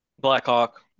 Blackhawk